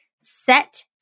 Set